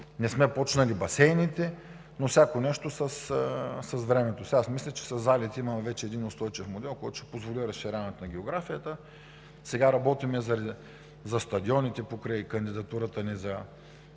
не сме започнали басейните, но всяко нещо – с времето си. Аз мисля, че със залите имаме вече един устойчив модел, който ще позволи разширяването на географията. Сега работим за стадионите покрай съвместната ни